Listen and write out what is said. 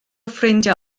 ffrindiau